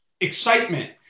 excitement